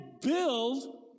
build